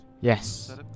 Yes